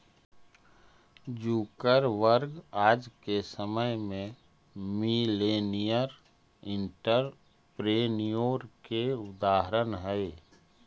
Zuckerberg आज के समय में मिलेनियर एंटरप्रेन्योर के उदाहरण हई